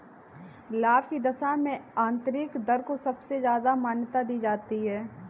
लाभ की दशा में आन्तरिक दर को सबसे ज्यादा मान्यता दी जाती है